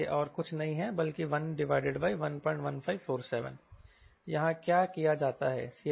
यह और कुछ नहीं है बल्कि 111547 यहां क्या किया जाता है